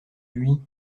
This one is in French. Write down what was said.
lui